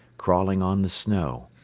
crawling on the snow,